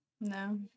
no